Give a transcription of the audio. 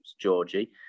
Georgie